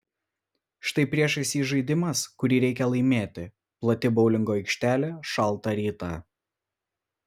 štai priešais jį žaidimas kurį reikia laimėti plati boulingo aikštelė šaltą rytą